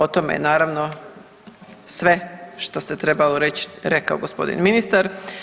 O tome je naravno sve što se trebalo reći rekao gospodin ministar.